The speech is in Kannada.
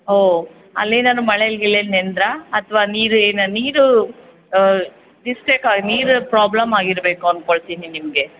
ಓ ಅಲ್ಲೇನಾದ್ರು ಮಳೇಲಿ ಗೀಳೆಲ್ ನೆನೆದ್ರಾ ಅಥ್ವಾ ನೀರು ಏನು ನೀರು ಮಿಸ್ಟೇಕ್ ಆಗಿ ನೀರು ಪ್ರಾಬ್ಲಮ್ ಆಗಿರಬೇಕು ಅನ್ಕೊಳ್ತೀನಿ ನಿಮಗೆ